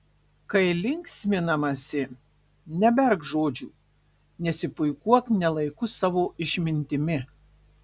kai linksminamasi neberk žodžių nesipuikuok ne laiku savo išmintimi